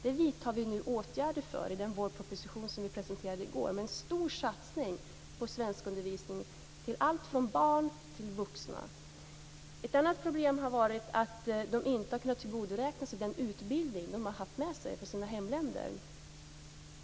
Det vidtar vi nu åtgärder mot i den vårproposition som vi presenterade i går med en stor satsning på svenskundervisning till både barn och vuxna. Ett annat problem har varit att de inte har kunnat tillgodoräkna sig den utbildning som de har haft med sig från sina hemländer.